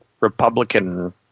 Republican